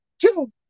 Two